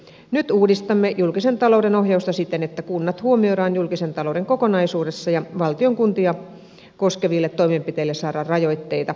nyt uudistamme julkisen talouden ohjausta siten että kunnat huomioidaan julkisen talouden kokonaisuudessa ja valtion kuntia koskeville toimenpiteille saadaan rajoitteita